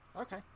Okay